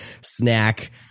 snack